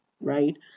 right